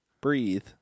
breathe